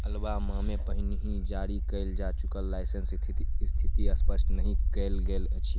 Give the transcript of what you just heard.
अलबामामे पहिनहि जारी कयल जा चुकल लाइसेंस स्थिति स्थिति स्पष्ट नहि कएल गेल अछि